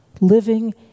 Living